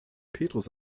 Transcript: petrus